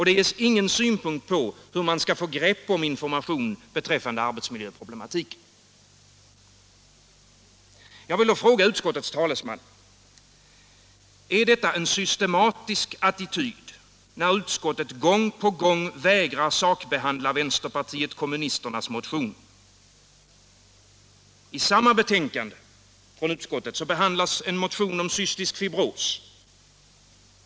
Det ges ingen synpunkt på hur man skall få grepp om information beträffande arbetsmiljöproblematiken. Jag vill fråga utskottets talesman: Är det en systematisk attityd när utskottet gång på gång vägrar sakbehandla vänsterpartiet kommunisternas motioner? I samma betänkande behandlas en motion om cystisk fibros.